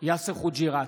יאסר חוג'יראת,